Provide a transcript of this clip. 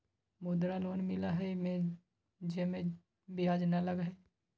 मुद्रा लोन मिलहई जे में ब्याज न लगहई?